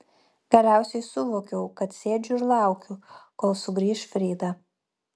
galiausiai suvokiau kad sėdžiu ir laukiu kol sugrįš frida